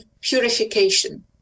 purification